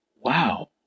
wow